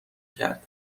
کرد